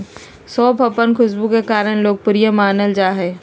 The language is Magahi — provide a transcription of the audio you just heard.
सौंफ अपन खुशबू के कारण लोकप्रिय मानल जा हइ